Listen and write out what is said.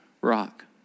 rock